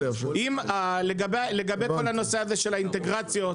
לגבי כל הנושא הזה של האינטגרציות,